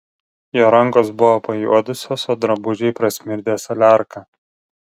jo rankos buvo pajuodusios o drabužiai prasmirdę saliarka